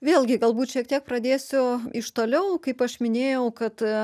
vėlgi galbūt šiek tiek pradėsiu iš toliau kaip aš minėjau kad